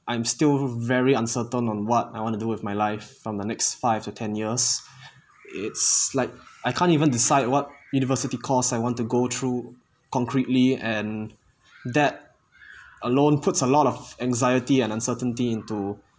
I'm still very uncertain on what I wanna do with my life from the next five to ten years it's like I can't even decide what university course I want to go through concretely and that alone puts a lot of anxiety and uncertainty into